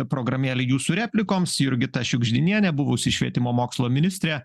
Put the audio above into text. programėlė jūsų replikoms jurgita šiugždinienė buvusi švietimo mokslo ministrė